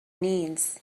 needs